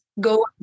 go